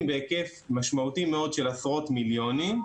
בהיקף משמעותי מאוד של עשרות מיליונים,